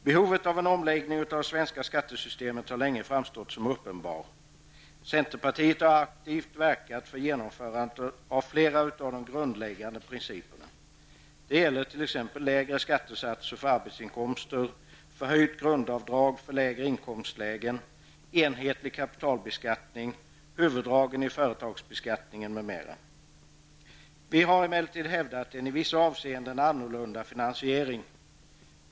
Behovet av en omläggning av det svenska skattesystemet har länge framstått som uppenbart. Centerpartiet har aktivt verkat för genomförandet av flera av de grundläggande principerna. Det gäller t.ex. lägre skattesatser för arbetsinkomster, förhöjt grundavdrag för lägre inkomstlägen, enhetlig kapitalbeskattning och huvuddragen i företagsbeskattningen. Vi har emellertid hävdat en i vissa avseenden annorlunda finansiering.